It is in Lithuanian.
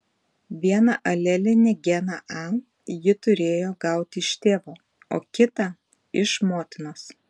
vieną alelinį geną a ji turėjo gauti iš tėvo o kitą iš motinos